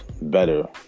better